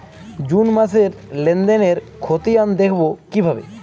June মাসের লেনদেনের খতিয়ান দেখবো কিভাবে?